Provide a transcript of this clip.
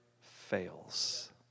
fails